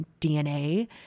DNA